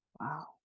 wow